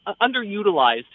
underutilized